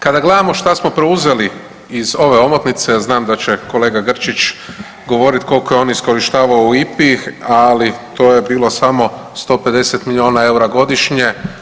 Kada gledamo šta smo preuzeli iz ove omotnice znam da će kolega Grčić govoriti koliko je on iskorištavao u IPA-i ali to je bilo samo 150 milijuna eura godišnje.